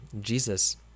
jesus